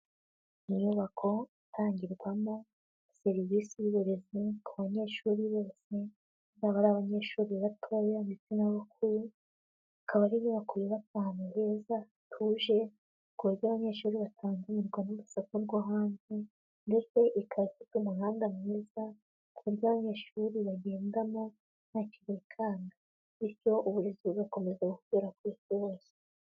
Inyubako itangirwamo serivisi z'uburezi ku banyeshuri bose, baba ari abanyeshuri batoya ndetse n'abukuru; akaba ari inyubako yubatse ahantu heza hatuje, ku buryo abanyeshuri batabangamirwa n'urusaku rwo hanze, ndetse ikaba ifite umuhanda mwiza ku buryo abanyeshuri bagendamo ntacyo bikanga; bityo uburezi bugakomeza gukwira ku isi hose.